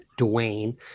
Dwayne